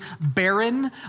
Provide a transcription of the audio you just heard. barren